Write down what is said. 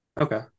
Okay